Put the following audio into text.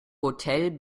hotel